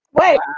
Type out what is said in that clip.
Wait